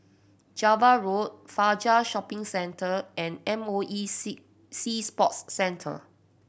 Java Road Fajar Shopping Centre and M O E Sea Sea Sports Centre